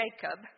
Jacob